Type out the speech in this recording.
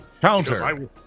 Counter